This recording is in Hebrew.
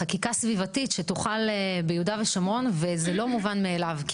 חקיקה סביבתית שתוחל ביהודה ושומרון וזה לא מובן מאליו.